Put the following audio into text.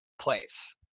place